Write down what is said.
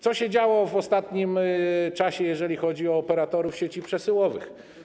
Co się działo w ostatnim czasie, jeżeli chodzi o operatorów sieci przesyłowych?